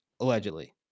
allegedly